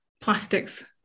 plastics